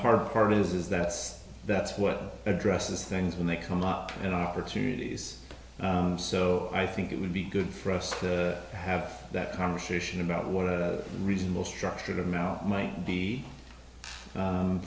hard part is that that's what addresses things when they come up in opportunities so i think it would be good for us to have that conversation about what a reasonable structure of now might be